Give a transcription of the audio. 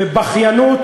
בבכיינות